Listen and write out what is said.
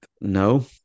No